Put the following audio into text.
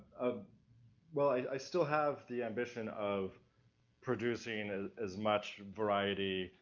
ah well, i still have the ambition of producing as much variety,